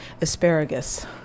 asparagus